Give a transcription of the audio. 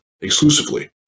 exclusively